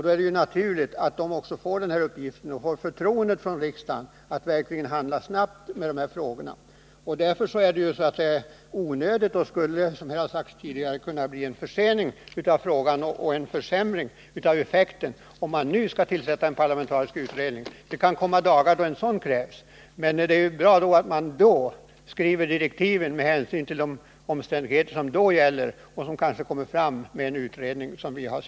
Då är det också naturligt att det får detta utredningsuppdrag och riksdagens förtroende att verkligen handla snabbt. Enligt min mening är det onödigt att tillsätta en parlamentarisk utredning, eftersom frågans lösning då kan försenas och effekterna försämras. Det kan komma en dag då en sådan utredning krävs. Direktiven för en sådan utredning skall skrivas med hänsyn till då rådande omständigheter.